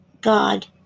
God